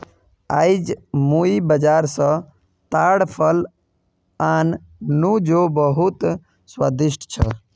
आईज मुई बाजार स ताड़ फल आन नु जो बहुत स्वादिष्ट छ